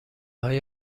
های